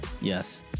Yes